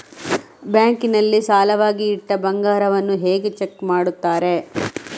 Bank ನಲ್ಲಿ ಸಾಲವಾಗಿ ಇಟ್ಟ ಬಂಗಾರವನ್ನು ಹೇಗೆ ಚೆಕ್ ಮಾಡುತ್ತಾರೆ?